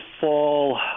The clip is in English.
fall